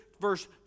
verse